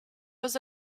was